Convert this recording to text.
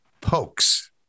pokes